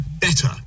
better